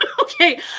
okay